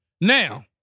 Now